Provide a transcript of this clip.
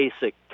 basic